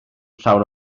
llawn